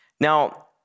Now